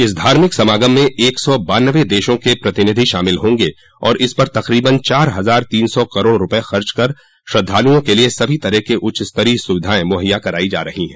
इस धार्मिक समागम में एक सौ बान्नबे देशों के प्रतिनिधि शामिल होंगे और इस पर तक़रीबन चार हजार तीन सौ करोड़ रूपये खर्च कर श्रद्धालुओं के लिए सभी तरह की उच्च स्तरीय सुविधायें मुहैया करायी जा रही हैं